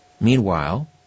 Meanwhile